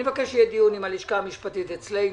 מבקש שיהיה דיון עם הלשכה המשפטית שלנו,